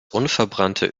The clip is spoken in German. unverbrannte